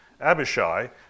Abishai